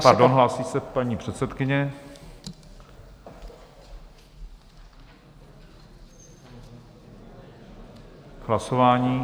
Pardon, hlásí se paní předsedkyně k hlasování.